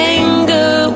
anger